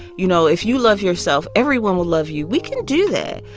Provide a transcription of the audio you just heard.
you know, if you love yourself, everyone will love you. we can do that.